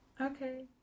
Okay